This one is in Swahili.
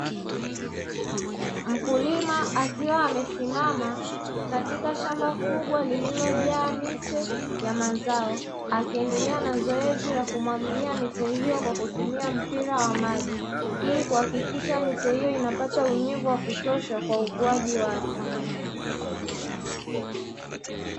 Mkulima akiwa amesimama katika shamba kubwa lililojaa miche ya mazao, akiendelea na zoezi la kumwagilia miche hiyo kwa kutumia mpira wa maji, ili kuhakikisha miche hiyo inapata unyevu wa kutosha kwa ukuaji wake.